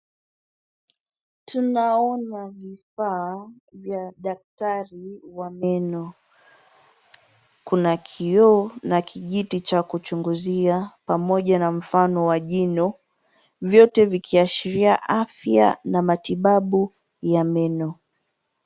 Tunaona vifaa vya daktari wa meno. Kuna kioo na kijiti cha kuchunguzia pamoja na mfano wa jino, vyote vikiashiria afya na matibabu ya meno.